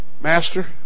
Master